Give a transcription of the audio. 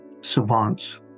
savants